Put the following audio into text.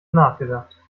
nachgedacht